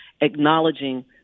acknowledging